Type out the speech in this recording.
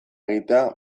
egitea